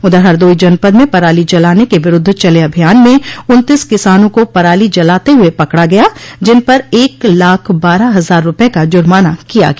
उधर हरदोई जनपद में पराली जलाने के विरूद्व चले अभियान में उन्तीस किसानों को पराली जलाते हुए पकड़ा गया जिन पर एक लाख बारह हजार रूपये का जुर्माना किया गया